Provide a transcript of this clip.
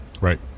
Right